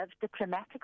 diplomatic